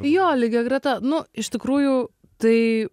jo lygiagreta nu iš tikrųjų tai